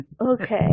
Okay